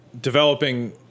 developing